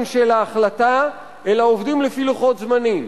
של ההחלטה אלא עובדים לפי לוחות זמנים.